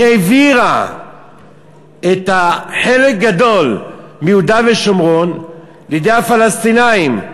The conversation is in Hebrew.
העבירה חלק גדול מיהודה ושומרון לידי הפלסטינים,